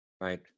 Right